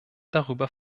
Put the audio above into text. darüber